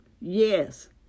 Yes